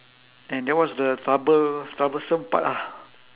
and that was the trouble troublesome part ah